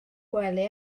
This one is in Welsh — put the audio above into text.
gwely